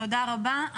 תודה רבה.